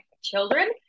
Children